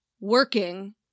working